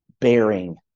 bearing